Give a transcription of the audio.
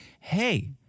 hey